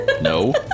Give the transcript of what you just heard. No